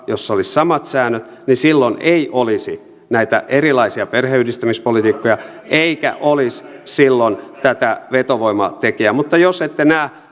jossa olisi samat säännöt niin silloin ei olisi näitä erilaisia perheenyhdistämispolitiikkoja eikä olisi silloin tätä vetovoimatekijää mutta jos ette